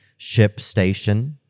ShipStation